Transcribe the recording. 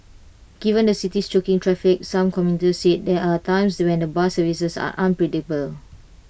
given the city's choking traffic some commuters said there are times when the bus services are unpredictable